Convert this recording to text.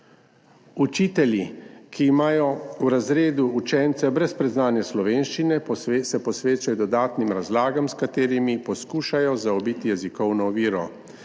Učitelji, ki imajo v razredu učence brez predznanja slovenščine, se posvečajo dodatnim razlagam, s katerimi poskušajo zaobiti jezikovno oviro.